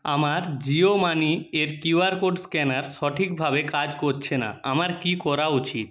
আমার জিও মানি এর QR code scanner সঠিকভাবে কাজ করছে না আমার কী করা উচিত